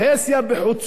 בחוצפה?